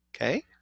okay